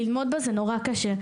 ללמוד בה זה נורא קשה,